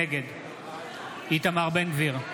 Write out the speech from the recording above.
נגד איתמר בן גביר,